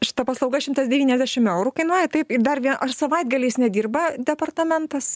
šita paslauga šimtas devyniasdešim eurų kainuoja taip ir dar vie ar savaitgaliais nedirba departamentas